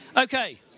Okay